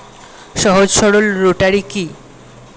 সহজ সরল রোটারি কি?